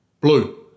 Blue